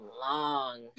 long